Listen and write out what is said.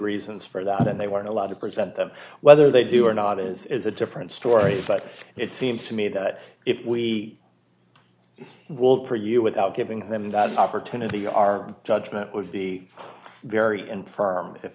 reasons for that and they weren't allowed to present them whether they do or not it's a different story but it seems to me that if we we'll preview without giving him that opportunity our judgment would be very